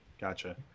Gotcha